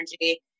energy